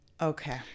Okay